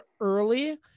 early